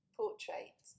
portrait